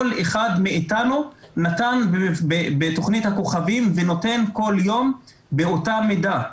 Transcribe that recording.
כל אחד מאתנו נתן בתכנית הכוכבים ונותן כל יום באותה מידה.